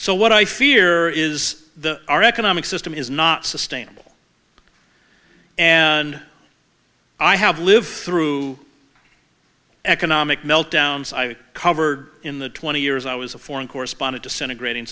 so what i fear is the our economic system is not sustainable and i have lived through economic meltdowns i covered in the twenty years i was a foreign correspondent disintegrating